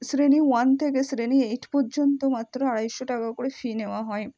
শ্রেণি ওয়ান থেকে শ্রেণি এইট পর্যন্ত মাত্র আড়াইশো টাকা করে ফি নেওয়া হয়